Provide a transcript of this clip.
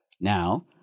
now